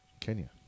Kenya